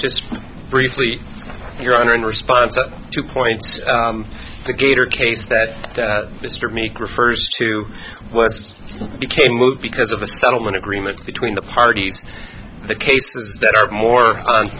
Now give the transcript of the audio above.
just briefly your honor in response to point the gator case that mr meek refers to became moot because of a settlement agreement between the parties the cases that are more